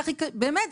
באמת,